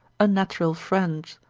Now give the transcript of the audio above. unnatural friends,